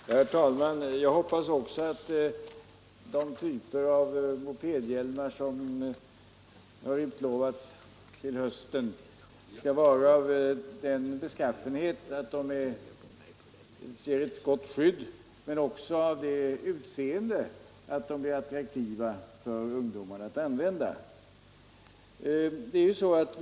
Herr talman! Jag hoppas också att de typer av mopedhjälmar som har utlovats till hösten skall vara av den beskaffenheten att de inte bara ger ett gott skydd utan också får ett sådant utseende att de blir attraktiva att använda för ungdomarna.